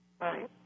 Right